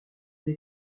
elle